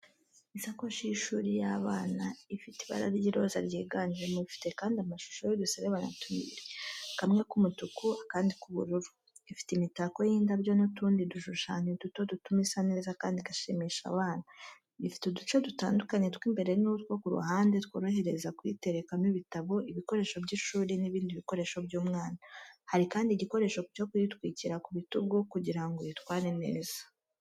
Isakoshi y’ishuri y’abana, ifite ibara ry'iroza ryiganjemo, ifite kandi amashusho y’uduserebanya tubiri, kamwe k’umutuku n’akandi k’ubururu. Ifite imitako y’indabyo n’utundi dushushanyo duto dutuma isa neza kandi igashimisha abana. Ifite uduce dutandukanye tw’imbere n’utwo ku ruhande tworohereza kuyiterekamo ibitabo, ibikoresho by’ishuri n’ibindi bikoresho by’umwana. Hari kandi igikoresho cyo kuyitwikira ku bitugu kugira ngo uyitware neza.